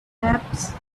perhaps